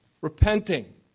Repenting